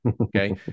Okay